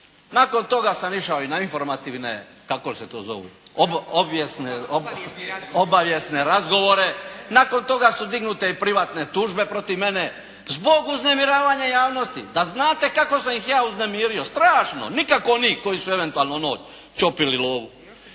Nakon toga sam išao i na informativne, kako se to zovu obavijesne razgovore, nakon toga su dignute i privatne tužbe protiv mene zbog uznemiravanja javnosti. Da znate kako sam ih ja uznemirio. Strašno. Nikako oni koji su eventualno ono ćopili lovu,